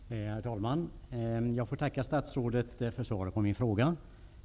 Herr talman! Jag får tacka statsrådet för svaret på min fråga.